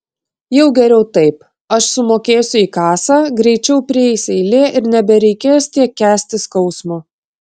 jau geriau taip aš sumokėsiu į kasą greičiau prieis eilė ir nebereikės tiek kęsti skausmo